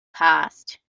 passed